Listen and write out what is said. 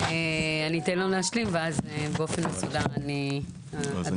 אני אתן לו להשלים ואז באופן מסודר אני אדבר.